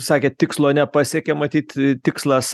sakėt tikslo nepasiekiam matyt tikslas